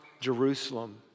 Jerusalem